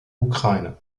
ukraine